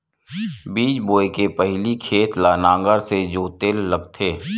बीज बोय के पहिली खेत ल नांगर से जोतेल लगथे?